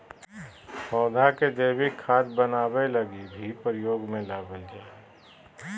पौधा के जैविक खाद बनाबै लगी भी प्रयोग में लबाल जा हइ